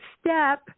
step